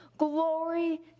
Glory